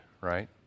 right